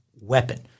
weapon